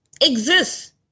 exist